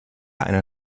einer